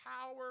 power